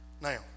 Now